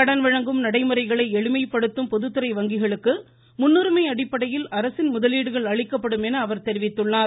கடன் வழங்கும் நடைமுறைகளை எளிமைபடுத்தும் பொதுத்துறை வங்கிகளுக்கு முன்னுரிமை அடிப்படையில் அரசின் முதலீடுகள் அளிக்கப்படும் என அவர் தெரிவித்துள்ளார்